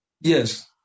Yes